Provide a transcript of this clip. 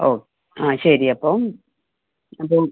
ഓ ആ ശരി അപ്പം അപ്പം